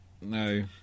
No